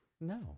No